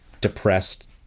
depressed